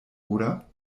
oder